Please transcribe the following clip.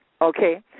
okay